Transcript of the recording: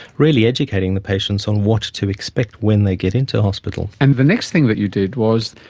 really educating the patients on what to expect when they get into hospital. and the next thing that you did was,